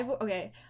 okay